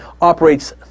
operates